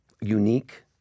unique